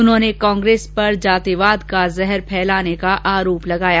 उन्होंने कांग्रेस पर जातिवाद का जहर फैलाने का आरोप लगया